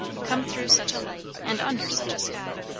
come through such a light and under such a sky.